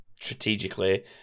strategically